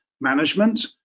management